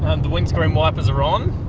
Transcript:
ah the windscreen wipers are on,